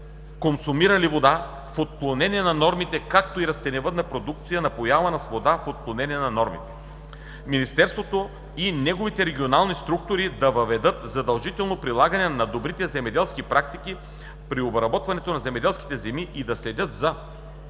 консумирали вода в отклонение на нормите, както и растениевъдна продукция, напоявана с вода в отклонение на нормите. Министерството и неговите регионални структури да въведат задължителното прилагане на добрите земеделски практики при обработването на земеделските земи и да следят за